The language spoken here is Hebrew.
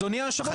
אדוני היושב ראש,